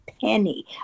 penny